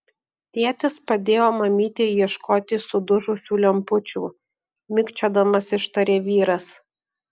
tėtis padėjo mamytei ieškoti sudužusių lempučių mikčiodamas ištarė vyras